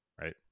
right